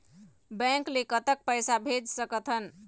Bank ले कतक पैसा भेज सकथन?